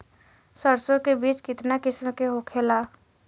सरसो के बिज कितना किस्म के होखे ला?